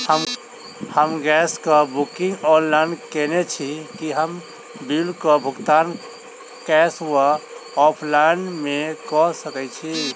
हम गैस कऽ booking online केने छी, की हम बिल कऽ भुगतान कैश वा ऑफलाइन मे कऽ सकय छी?